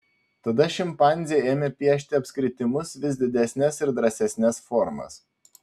tada šimpanzė ėmė piešti apskritimus vis didesnes ir drąsesnes formas